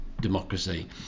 democracy